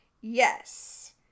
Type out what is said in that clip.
Yes